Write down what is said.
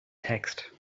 text